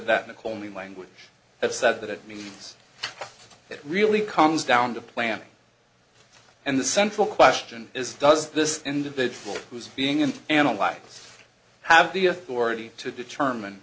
that nikolay language have said that it means it really comes down to planning and the central question is does this individual who's being an analyze have the authority to determine